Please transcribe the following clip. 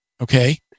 Okay